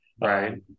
Right